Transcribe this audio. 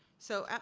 so at,